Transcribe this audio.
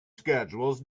schedules